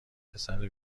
پسر